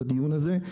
בדיון הזה.